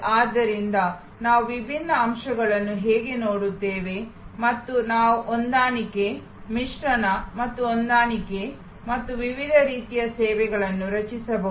ಆದ್ದರಿಂದ ನಾವು ವಿಭಿನ್ನ ಅಂಶಗಳನ್ನು ಹೇಗೆ ನೋಡುತ್ತೇವೆ ಮತ್ತು ನಾವು ಹೊಂದಾಣಿಕೆ ಮಿಶ್ರಣ ಮತ್ತು ಹೊಂದಾಣಿಕೆ ಮತ್ತು ವಿವಿಧ ರೀತಿಯ ಸೇವೆಗಳನ್ನು ರಚಿಸಬಹುದು